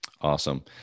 Awesome